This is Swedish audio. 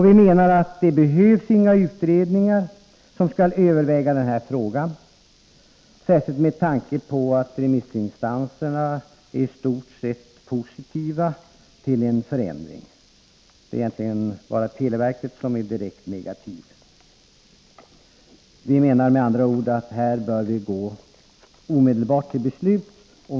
Vi menar också att det inte behövs några utredningar som skall överväga den frågan, särskilt med tanke på att remissinstanserna i stort sett är positiva till en förändring; det är egentligen bara televerket som är direkt negativt. Med andra ord anser vi att vi omedelbart bör gå till beslut.